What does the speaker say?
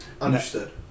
Understood